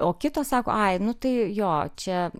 o kita sako ai nu tai jo čia